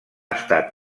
estat